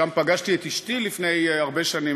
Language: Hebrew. שם פגשתי את אשתי לפני הרבה שנים,